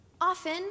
Often